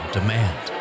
Demand